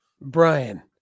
brian